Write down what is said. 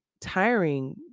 tiring